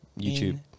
YouTube